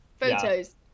photos